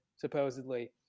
supposedly